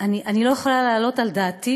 לא יכולה להעלות על דעתי